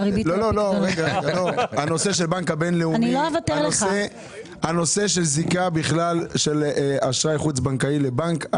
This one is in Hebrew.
בנושא הבנק הבינלאומי וזיקה של אשראי חוץ בנקאי לבנק.